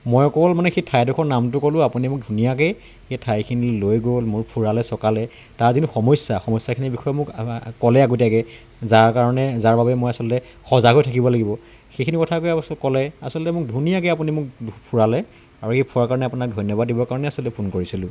মই অকল মানে সেই ঠাইডোখৰ নামটো ক'লোঁ আপুনি মোক ধুনীয়াকেই সেই ঠাইখিনি লৈ গ'ল মোক ফুৰালে চকালে তাৰ যিখিনি সমস্যা সমস্যাখিনিৰ বিষয়ে মোক ক'লে আগতীয়াকৈ যাৰ কাৰণে যাৰ বাবে মই আচলতে সজাগ হৈ থাকিব লাগিব সেইখিনি কথাকে ক'লে আচলতে মোক ধুনীয়াকৈ আপুনি মোক ফুৰালে আৰু এই ফুৰোৱা কাৰণে আপোনাক ধন্যবাদ দিবৰ কাৰণে আচলতে ফোন কৰিছিলোঁ